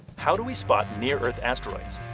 how do we spot near earth asteroids?